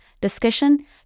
discussion